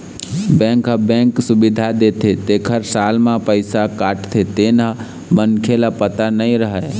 bank ह bank सुबिधा देथे तेखर साल म पइसा काटथे तेन ह मनखे ल पता नइ रहय